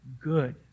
good